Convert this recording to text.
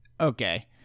Okay